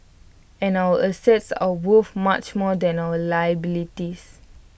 and our assets are worth much more than our liabilities